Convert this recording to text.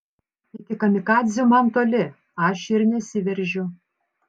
iki kamikadzių man toli aš ir nesiveržiu